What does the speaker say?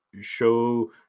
show